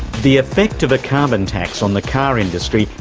the effect of a carbon tax on the car industry,